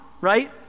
Right